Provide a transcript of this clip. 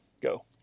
Go